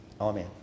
Amen